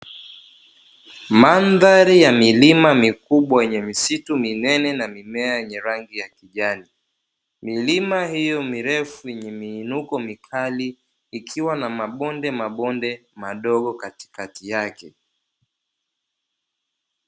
Madhari ya milima mikubwa yenye misitu minene na mimea yenye rangi ya kijani, milima hiyo mirefu yenye miinuko mikali ikiwana mabondemabonde madogo katikati yake.